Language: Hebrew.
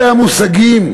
אלה המושגים,